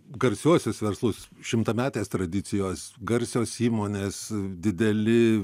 garsiuosius verslus šimtametės tradicijos garsios įmonės dideli